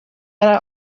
and